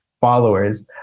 followers